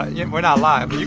ah yeah we're not live,